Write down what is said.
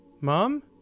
Mom